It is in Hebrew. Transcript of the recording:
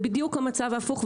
זה בדיוק המצב ההפוך.